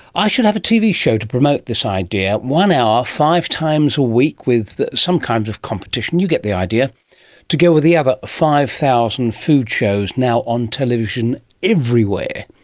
i should have a tv show to promote this idea one hour, five times a week, with some kind of competition. you get the idea to go with the other five thousand food shows now on television everywhere.